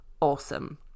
Awesome